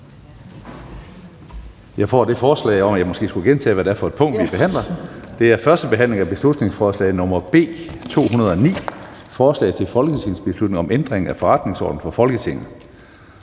Jeg får et forslag om, at jeg måske skulle gentage, hvad det er for et punkt, vi behandler. Det er første behandling af beslutningsforslag nr. B 209, forslag til folketingsbeslutning om ændring af forretningsorden for Folketinget.